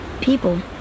people